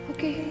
Okay